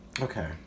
Okay